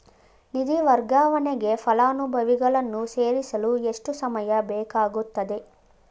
ನಿಧಿ ವರ್ಗಾವಣೆಗೆ ಫಲಾನುಭವಿಗಳನ್ನು ಸೇರಿಸಲು ಎಷ್ಟು ಸಮಯ ಬೇಕಾಗುತ್ತದೆ?